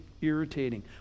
irritating